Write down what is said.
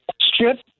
strip